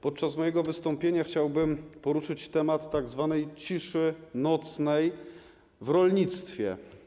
Podczas mojego wystąpienia chciałbym poruszyć temat tzw. ciszy nocnej w rolnictwie.